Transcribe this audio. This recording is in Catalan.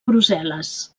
brussel·les